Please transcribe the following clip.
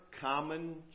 common